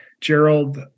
Gerald